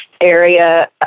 area